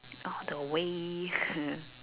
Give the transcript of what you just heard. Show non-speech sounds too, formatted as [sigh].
all the way [laughs]